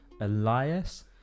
Elias